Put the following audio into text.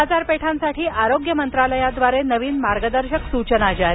बाजारपेठांसाठी आरोग्य मंत्रालयाद्वारे नवीन मार्गदर्शक सूचना जारी